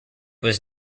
was